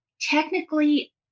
technically